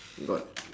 got